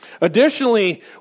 Additionally